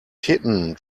kitten